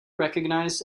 recognized